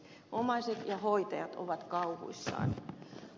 omaiset ja hoitajat ovat kauhuissaan